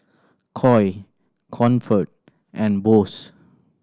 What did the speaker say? Koi Comfort and Bose